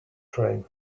train